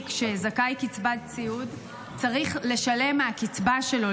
שזכאי לקצבת סיעוד צריך לשלם מהקצבה שלו,